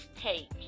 take